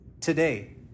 today